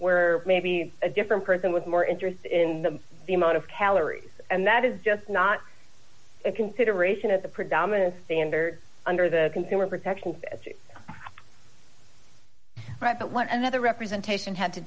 where maybe a different person was more interested in the the amount of calories and that is just not a consideration at the predominant standard under the consumer protection right but what another representation had to